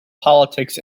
politics